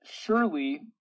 surely